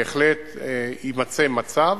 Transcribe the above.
בהחלט יימצא מצב.